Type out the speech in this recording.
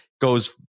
goes